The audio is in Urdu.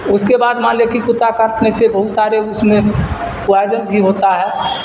اس کے بعد مان لیں کہ کتا کاٹنے سے بہت سارے اس میں پوائجن بھی ہوتا ہے